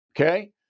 Okay